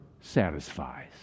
satisfies